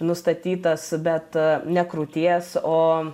nustatytas bet ne krūties o